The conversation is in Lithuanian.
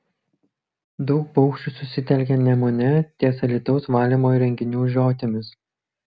daug paukščių susitelkė nemune ties alytaus valymo įrenginių žiotimis